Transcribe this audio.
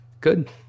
good